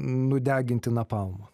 nudeginti napalmu